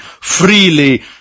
freely